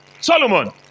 Solomon